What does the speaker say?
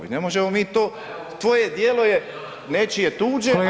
I ne možemo mi to, tvoje djelo je nečije tuđe i